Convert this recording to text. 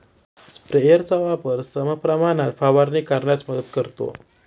स्प्रेयरचा वापर समप्रमाणात फवारणी करण्यास मदत करतो